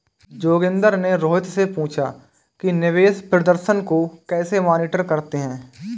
जोगिंदर ने रोहित से पूछा कि निवेश प्रदर्शन को कैसे मॉनिटर करते हैं?